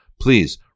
please